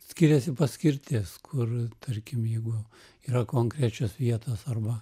skiriasi paskirtis kur tarkim jeigu yra konkrečios vietos arba